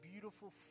beautiful